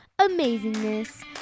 amazingness